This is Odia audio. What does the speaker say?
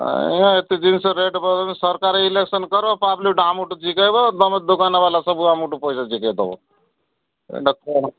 ହଁ ଏତେ ଜିନିଷ ରେଟ୍ ସରକାର ଇଲେକ୍ସନ୍ କର ପବ୍ଲିକ୍ଟା ଆମଠୁ ଜିକେଇବ ଦୋକାନବାଲା ସବୁ ଆମଠୁ ପଇସା ଜିକେଇ ଦେବ କ'ଣ